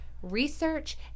research